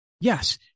Yes